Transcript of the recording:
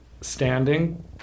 standing